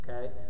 Okay